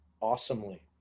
awesomely